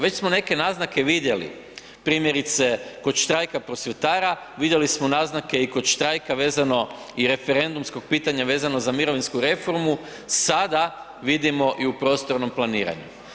Već smo neke naznake vidjeli, primjerice kod štrajka prosvjetara, vidjeli smo naznake i kod štrajka vezano i referendumskog pitanja vezano za mirovinsku reformu, sada vidimo i u prostornom planiranju.